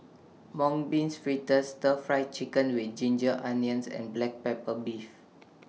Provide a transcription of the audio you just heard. Mung Beans Fritters Stir Fried Chicken with Ginger Onions and Black Pepper Beef